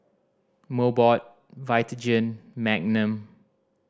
Mobot Vitagen Magnum